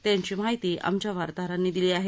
त्यांची माहिती आमच्या वार्ताहरांनी दिली आहे